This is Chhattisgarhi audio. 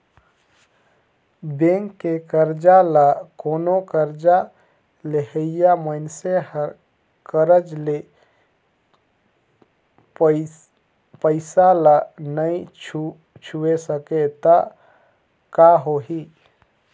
बेंक के करजा ल कोनो करजा लेहइया मइनसे हर करज ले पइसा ल नइ छुटे सकें त का होही